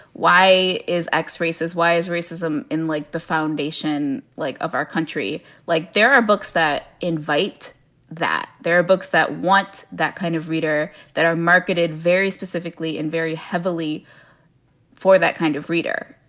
why is x racist? why is racism in, like, the foundation like of our country? like, there are books that invite that. there are books that want that kind of reader that are marketed very specifically and very heavily for that kind of reader.